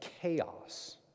chaos